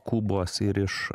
kubos ir iš